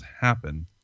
happen